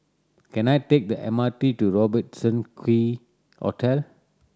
can I take the M R T to Robertson Quay Hotel